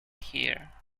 here